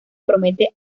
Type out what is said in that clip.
promete